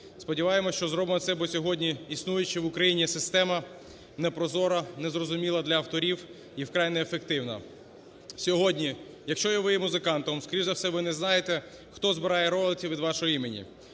Сподіваємося, що зробимо це, бо сьогодні існуюча в Україні система непрозора, незрозуміла для авторів і вкрай неефективна. Сьогодні, якщо ви є музикантом, скоріш за все ви не знаєте хто збирає роялті від вашого імені.